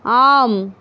ஆம்